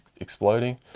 exploding